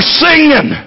singing